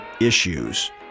issues